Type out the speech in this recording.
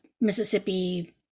Mississippi